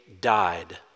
died